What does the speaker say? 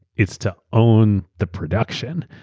it's to own the production.